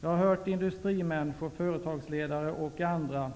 Jag har hört industrimän och företagsledare uttala